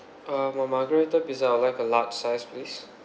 uh for margherita pizza I'd like a large size please